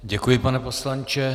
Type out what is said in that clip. Děkuji, pane poslanče.